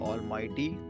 Almighty